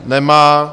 Nemá.